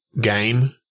game